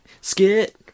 Skit